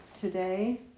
today